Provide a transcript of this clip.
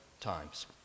times